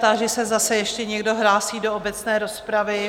Táži se, zda se ještě někdo hlásí do obecné rozpravy?